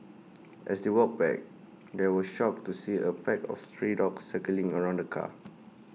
as they walked back they were shocked to see A pack of stray dogs circling around the car